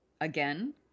again